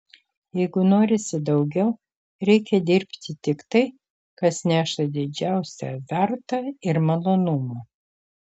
jeigu norisi daugiau reikia dirbti tik tai kas neša didžiausią azartą ir malonumą